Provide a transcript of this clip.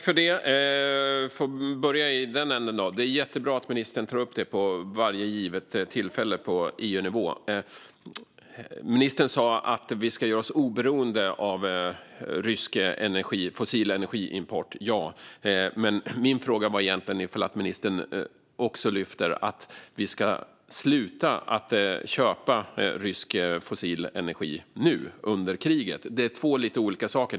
Fru talman! Det är jättebra att ministern tar upp detta på EU-nivå vid varje givet tillfälle. Ministern sa att vi ska göra oss oberoende av import av rysk fossil energi. Min fråga var dock egentligen om ministern också tar upp att vi ska sluta att köpa rysk fossil energi nu under kriget. Detta är två lite olika saker.